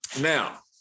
Now